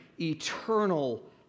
eternal